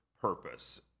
purpose